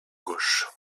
gauche